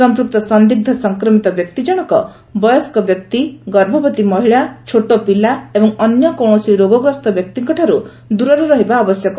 ସଂପୂକ୍ତ ସନ୍ଦିଗ୍ଧ ସଂକ୍ରମିତ ବ୍ୟକ୍ତି କିମ୍ବା ବୟସ୍କ ବ୍ୟକ୍ତି ଗର୍ଭବତୀ ମହିଳା ଛୋଟପିଲା ଏବଂ ଅନ୍ୟ କୌଣସି ରୋଗଗ୍ରସ୍ତ ବ୍ୟକ୍ତିଙ୍କଠାରୁ ଦୂରରେ ରହିବା ଆବଶ୍ୟକ